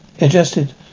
adjusted